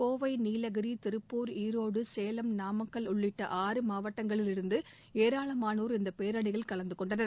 கோவை நீலகிரி திருப்பூர் ஈரோடு சேலம் நாமக்கல் உள்ளிட்ட ஆறு மாவட்டங்களிலிருந்து ஏராளமானோர் இந்தப் பேரணியில் கலந்து கொண்டனர்